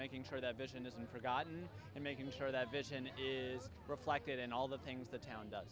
making sure that vision isn't forgotten and making sure that vision is reflected in all the things the town does